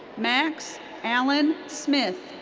max allen smith.